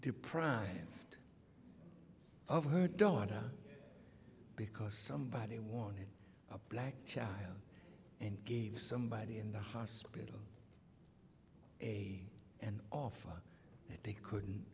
deprived of her daughter because somebody wanted a black child and gave somebody in the hospital a an offer they couldn't